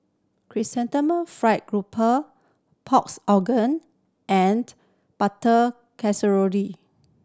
Chrysanthemum Fried Garoupa pork's organ and butter